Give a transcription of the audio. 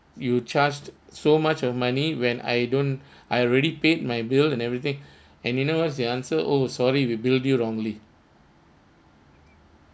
you charged so much of money when I don't I already paid my bill and everything and you know what's the answer oh sorry we billed you wrongly